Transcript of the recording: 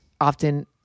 often –